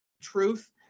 truth